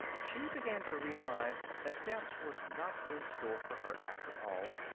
she began to realize that death was not in store for her, after all,